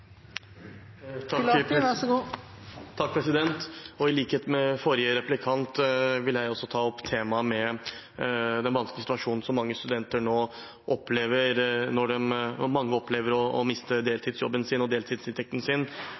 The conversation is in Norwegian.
vil jeg også ta opp temaet med den vanskelige situasjonen som mange studenter opplever når de mister deltidsjobben sin og deltidsinntekten sin som følge av de nye tiltakene. Vi vet at bl.a. serverings- og